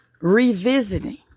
revisiting